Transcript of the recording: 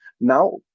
Now